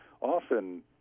often